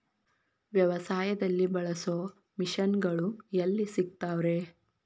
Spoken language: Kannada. ವ್ಯವಸಾಯದಲ್ಲಿ ಬಳಸೋ ಮಿಷನ್ ಗಳು ಎಲ್ಲಿ ಸಿಗ್ತಾವ್ ರೇ?